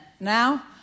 Now